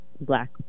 black